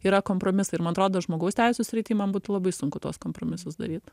yra kompromisai ir man atrodo žmogaus teisių srity man būtų labai sunku tuos kompromisus daryt